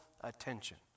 attention